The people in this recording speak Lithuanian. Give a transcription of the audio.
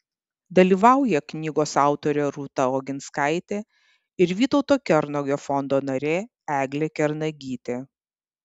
dalyvauja knygos autorė rūta oginskaitė ir vytauto kernagio fondo narė eglė kernagytė